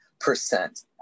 Percent